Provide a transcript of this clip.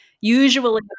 usually